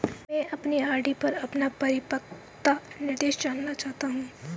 मैं अपनी आर.डी पर अपना परिपक्वता निर्देश जानना चाहता हूँ